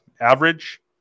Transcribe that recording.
average